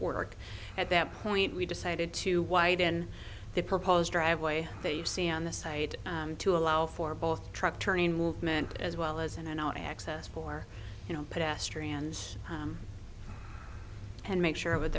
work at that point we decided to widen the proposed driveway that you see on the site to allow for both truck turning movement as well as in and out access for you know pedestrians and make sure that